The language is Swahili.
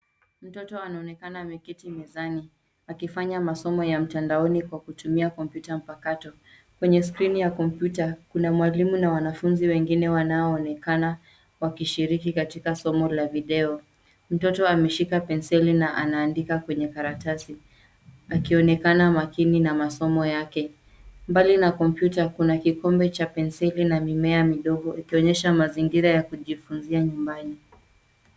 Mtoto anaonekana ameketi mezani, akifanya masomo ya mtandaoni kwa kutumia kompyuta mpakato. Kwenye skrini ya kompyuta, kuna mwalimu na wanafunzi wengine wanaonekana wakishiriki katika somo la video. Mtoto ameshika penseli na anaandika kwenye karatasi, akionekana makini na masomo yake. Mbali na kompyuta, kuna kikombe cha penseli na mimea midogo ikionyesha mazingira ya kujifunzia nyumbani.